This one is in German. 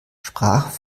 sprach